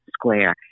square